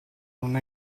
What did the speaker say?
non